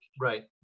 right